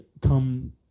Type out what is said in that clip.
come